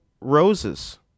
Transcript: roses